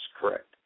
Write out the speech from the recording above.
correct